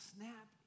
Snap